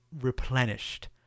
replenished